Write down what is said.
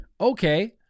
Okay